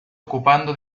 ocupando